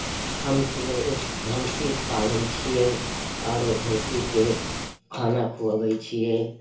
हम किने एक भैँसी पालैत छियै आओर भैँसीके खाना खुअबैत छियै